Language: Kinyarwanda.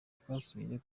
twasuye